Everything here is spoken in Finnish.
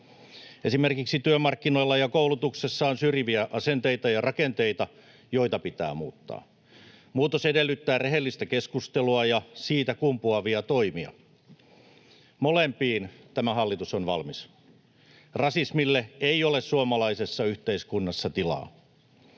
Esimerkiksi työmarkkinoilla ja koulutuksessa on syrjiviä asenteita ja rakenteita, joita pitää muuttaa. Muutos edellyttää rehellistä keskustelua ja siitä kumpuavia toimia. Molempiin tämä hallitus on valmis. Rasismille ei ole suomalaisessa yhteiskunnassa tilaa.